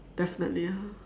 definitely ah